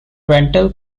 rental